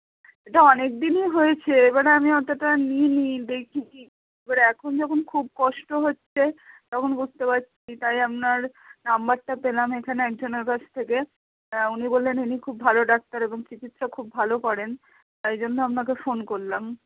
এটা অনেকদিনই হয়েছে এবার আমি অতটা নিইনি দেখিনি এবারে এখন যখন খুব কষ্ট হচ্ছে তখন বুঝতে পারছি তাই আপনার নম্বরটা পেলাম এখানে একজনের কাছ থেকে উনি বললেন ইনি খুব ভালো ডাক্তার এবং চিকিৎসা খুব ভালো করেন তাই জন্য আপনাকে ফোন করলাম